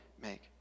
make